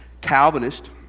Calvinist